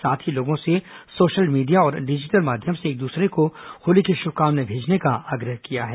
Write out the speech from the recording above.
साथ ही लोगों से सोशल मीडिया और डिजिटल माध्यम से एक दूसरे को होली की शुभकामनाएं भेजने का आग्रह किया है